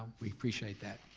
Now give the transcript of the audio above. we appreciate that.